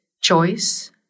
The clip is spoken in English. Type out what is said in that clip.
choice